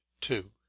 Two